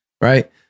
right